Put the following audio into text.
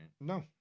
No